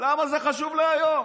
למה זה חשוב להיום